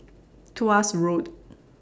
Tuas Road